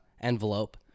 envelope